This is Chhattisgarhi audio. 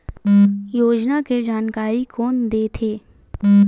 योजना के जानकारी कोन दे थे?